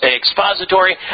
expository